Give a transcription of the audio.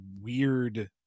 weird